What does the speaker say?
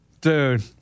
Dude